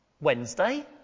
Wednesday